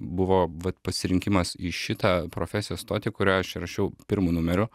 buvo vat pasirinkimas į šitą profesiją stoti kurią aš įrašiau pirmu numeriu